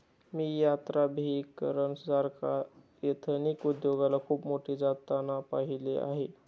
मी यात्राभिकरण सारख्या एथनिक उद्योगाला खूप पुढे जाताना पाहिले आहे